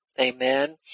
amen